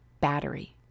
battery